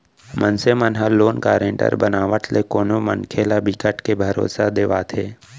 मनसे मन ह लोन गारंटर बनावत ले कोनो मनखे ल बिकट के भरोसा देवाथे